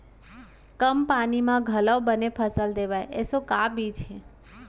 कम पानी मा घलव बने फसल देवय ऐसे का बीज हे?